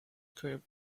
curved